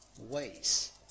ways